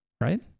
Right